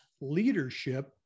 Leadership